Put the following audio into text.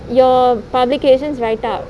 your publications write-up